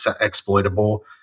exploitable